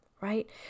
right